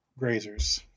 Grazers